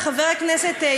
וחבר הכנסת,